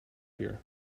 here